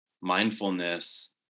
mindfulness